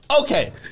Okay